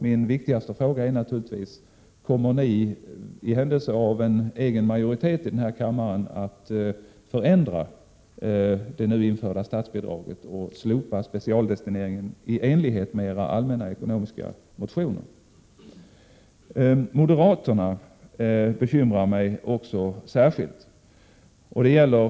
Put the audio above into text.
Min viktigaste fråga är naturligtvis: Kommer ni i händelse av en egen majoritet här i kammaren att förändra det nu införda statsbidraget och slopa specialdestineringen i enlighet med era allmänna ekonomiska motioner? Moderaterna bekymrar mig särskilt. Det gäller det förhållandet att Prot.